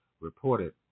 reported